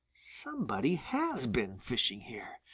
somebody has been fishing here,